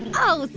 oh,